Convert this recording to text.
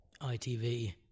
itv